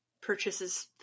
purchases